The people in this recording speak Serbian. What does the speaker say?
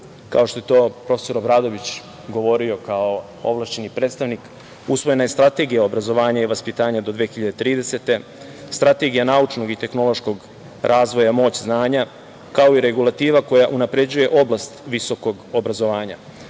kao što je to profesor Obradović govorio kao ovlašćeni predstavnik usvojena je Strategija obrazovanja i vaspitanja do 2030. godine, Strategija naučnog i tehnološkog razvoja, moć znanja, kao i regulativa koja unapređuje oblast visokog obrazovanja. Prvi